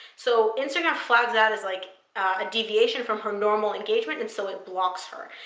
so instagram flags that as like a deviation from her normal engagement, and so it blocks her.